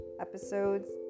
Episodes